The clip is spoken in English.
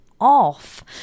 Off